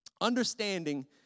understanding